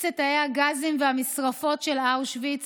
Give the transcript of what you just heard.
את תאי הגזים והמשרפות של אושוויץ